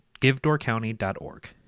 givedoorcounty.org